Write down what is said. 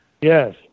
Yes